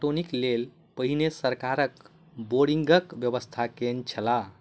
पटौनीक लेल पहिने सरकार बोरिंगक व्यवस्था कयने छलै